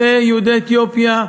בנושא יהודי אתיופיה,